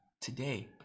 today